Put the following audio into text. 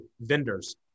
vendors